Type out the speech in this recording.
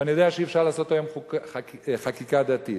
ואני יודע שאי-אפשר לעשות היום חקיקה דתית,